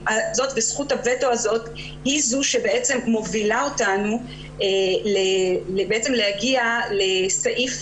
זכות הוטו הזאת היא זו שבעצם מובילה אותנו בעצם להגיע לסעיף